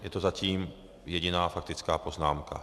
Je to zatím jediná faktická poznámka.